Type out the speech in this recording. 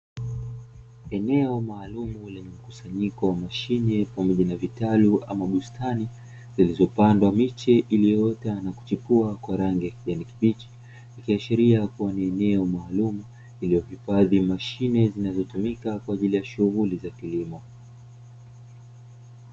Eneo maalumu lenye mkusanyiko wa mashine na vitalu ama bustani zilizopandwa miche iliyoota na kuchipua kwa rangi ya kijani kibichi, ikiashiria kuwa ni eneo maalumu lililohifadhi mashine zinazotumika kwa ajili ya shughuli za kilimo.